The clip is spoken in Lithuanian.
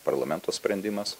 parlamento sprendimas